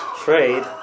Trade